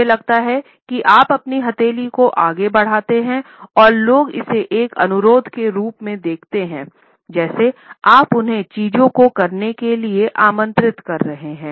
मुझे लगता है कि आप अपनी हथेली को आगे बढ़ाते हैं और लोग इसे एक अनुरोध के रूप में देखते हैं जैसे आप उन्हें चीजों को करने के लिए आमंत्रित कर रहे हैं